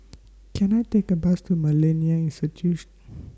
Can I Take A Bus to Millennia Institution